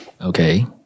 Okay